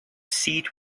seat